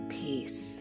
peace